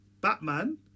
Batman